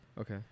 Okay